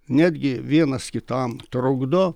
netgi vienas kitam trukdo